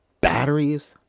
batteries